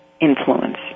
influence